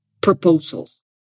proposals